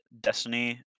destiny